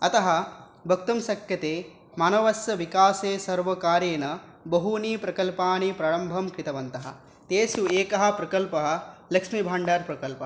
अतः वक्तुं शक्यते मानवस्य विकासे सर्वकारेण बहूनि प्रकल्पानि प्रारम्भं कृतवन्तः तेषु एकः प्रकल्पः लक्ष्मीभाण्डार्प्रकल्पः